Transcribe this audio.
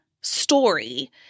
story